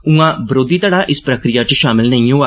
ऊआ बरोधी घड़ा इस प्रक्रिया च शामल नेई होआ